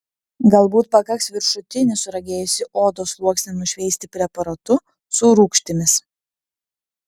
galbūt pakaks viršutinį suragėjusį odos sluoksnį nušveisti preparatu su rūgštimis